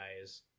guys